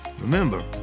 Remember